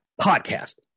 Podcast